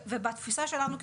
בתפיסה שלנו,